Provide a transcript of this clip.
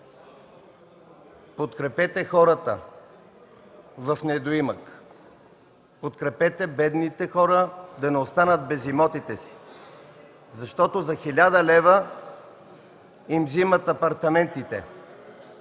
подкрепете хората в недоимък, подкрепете бедните хора да не останат без имотите си, защото за 1000 лв. им взимат апартаментите,